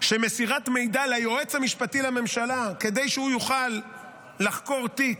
שמסירת מידע ליועץ המשפטי לממשלה כדי שהוא יוכל לחקור תיק,